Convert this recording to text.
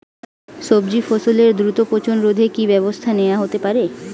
সবজি ফসলের দ্রুত পচন রোধে কি ব্যবস্থা নেয়া হতে পারে?